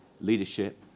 leadership